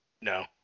No